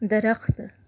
درخت